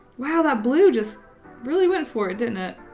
wow, that blue just really went for it. didn't it?